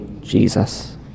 Jesus